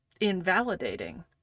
invalidating